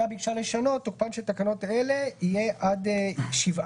"תוקף תוקפן של תקנות אלה עד יום